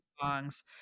songs